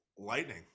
lightning